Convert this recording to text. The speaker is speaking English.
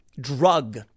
drug